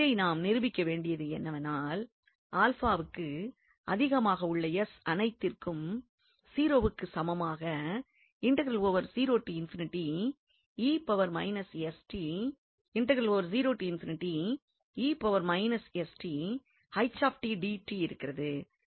நாம் நிரூபிக்க வேண்டியது என்னவெனில் க்கு அதிகமாக உள்ள அனைத்திற்கும் 0 க்கு சமமாக இருக்கிறது